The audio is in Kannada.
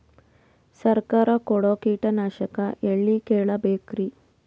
ಸರಕಾರ ಕೊಡೋ ಕೀಟನಾಶಕ ಎಳ್ಳಿ ಕೇಳ ಬೇಕರಿ?